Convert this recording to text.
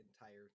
entire